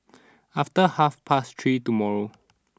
after half past three tomorrow